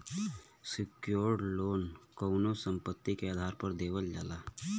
secured loan कउनो संपत्ति के आधार पर देवल जाला